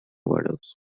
overdose